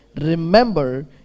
Remember